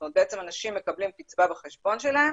זאת אומרת, באמת אנשים מקבלים קצבה בחשבון שלהם